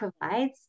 provides